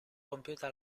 compiuta